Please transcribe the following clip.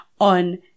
on